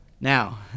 Now